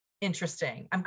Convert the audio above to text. interesting